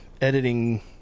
editing